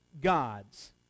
gods